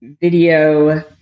video